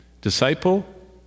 Disciple